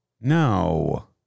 No